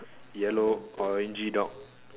yellow orangey dog